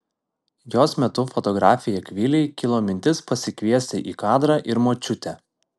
jos metu fotografei akvilei kilo mintis pasikviesti į kadrą ir močiutę